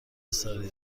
اصراری